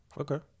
Okay